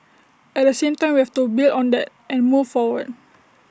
at the same time we have to build on that and move forward